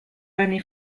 only